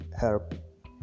help